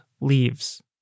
Leaves